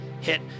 hit